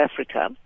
Africa